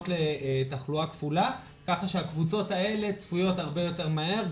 המעונות לתחלואה כפולה כך שהקבוצות האלה צפויות הרבה יותר מהר,